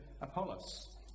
Apollos